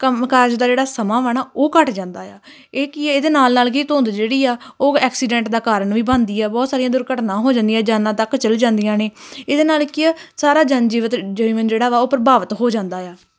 ਕੰਮ ਕਾਜ ਦਾ ਜਿਹੜਾ ਸਮਾਂ ਵਾ ਨਾ ਉਹ ਘੱਟ ਜਾਂਦਾ ਆ ਇਹ ਕੀ ਇਹਦੇ ਨਾਲ ਨਾਲ ਕੀ ਧੁੰਦ ਜਿਹੜੀ ਆ ਉਹ ਐਕਸੀਡੈਂਟ ਦਾ ਕਾਰਨ ਵੀ ਬਣਦੀ ਆ ਬਹੁਤ ਸਾਰੀਆਂ ਦੁਰਘਟਨਾ ਹੋ ਜਾਂਦੀਆਂ ਜਾਨਾਂ ਤੱਕ ਚਲ ਜਾਂਦੀਆਂ ਨੇ ਇਹਦੇ ਨਾਲ ਕੀ ਆ ਸਾਰਾ ਜਨਜੀਵਨ ਜੀਵਨ ਜਿਹੜਾ ਵਾ ਉਹ ਪ੍ਰਭਾਵਿਤ ਹੋ ਜਾਂਦਾ ਆ